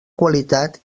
qualitat